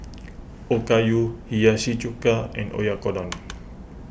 Okayu Hiyashi Chuka and Oyakodon